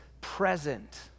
present